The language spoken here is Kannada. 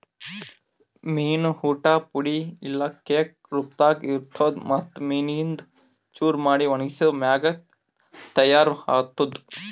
ಮೀನು ಊಟ್ ಪುಡಿ ಇಲ್ಲಾ ಕೇಕ್ ರೂಪದಾಗ್ ಇರ್ತುದ್ ಮತ್ತ್ ಮೀನಿಂದು ಚೂರ ಮಾಡಿ ಒಣಗಿಸಿದ್ ಮ್ಯಾಗ ತೈಯಾರ್ ಆತ್ತುದ್